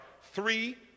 three